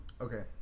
Okay